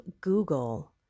Google